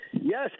yes